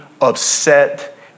upset